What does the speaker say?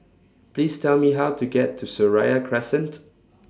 Please Tell Me How to get to Seraya Crescent